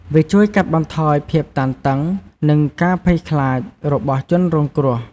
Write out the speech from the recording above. វាជួយកាត់បន្ថយភាពតានតឹង និងការភ័យខ្លាចរបស់ជនរងគ្រោះ។